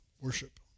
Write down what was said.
worship